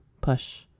push